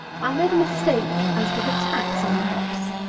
i made a mistake as to the tax on the hops.